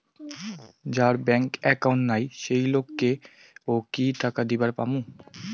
যার bank account নাই সেই লোক কে ও কি টাকা দিবার পামু?